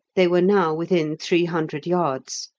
they were now within three hundred yards.